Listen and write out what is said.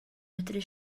medru